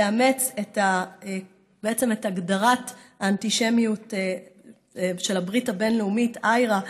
לאמץ את הגדרת האנטישמיות של הברית הבין-לאומית IHRA,